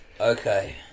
okay